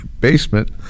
basement